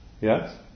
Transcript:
Yes